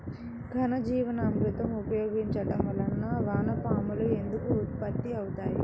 ఘనజీవామృతం ఉపయోగించటం వలన వాన పాములు ఎందుకు ఉత్పత్తి అవుతాయి?